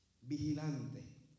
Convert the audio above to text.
Vigilante